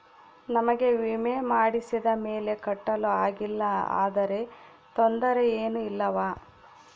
ನಮಗೆ ವಿಮೆ ಮಾಡಿಸಿದ ಮೇಲೆ ಕಟ್ಟಲು ಆಗಿಲ್ಲ ಆದರೆ ತೊಂದರೆ ಏನು ಇಲ್ಲವಾ?